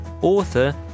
author